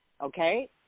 okay